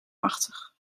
machtig